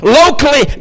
locally